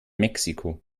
mexiko